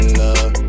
love